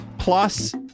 Plus